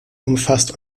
umfasst